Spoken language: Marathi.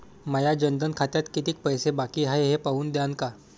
माया जनधन खात्यात कितीक पैसे बाकी हाय हे पाहून द्यान का?